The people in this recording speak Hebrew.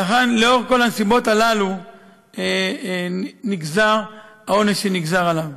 לנוכח כל הנסיבות הללו נגזר העונש שנגזר עליו.